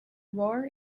ruhr